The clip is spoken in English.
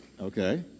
Okay